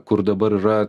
kur dabar yra